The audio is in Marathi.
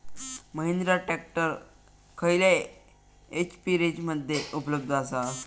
महिंद्रा ट्रॅक्टर खयल्या एच.पी रेंजमध्ये उपलब्ध आसा?